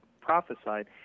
prophesied